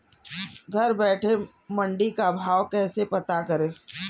घर बैठे मंडी का भाव कैसे पता करें?